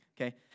okay